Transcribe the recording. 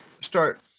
start